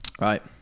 Right